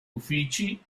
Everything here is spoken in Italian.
uffici